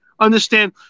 understand